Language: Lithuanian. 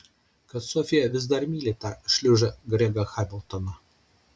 kad sofija vis dar myli tą šliužą gregą hamiltoną